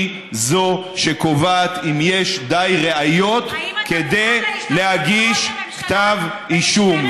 שקובעת אם יש די ראיות להגיש כתב אישום,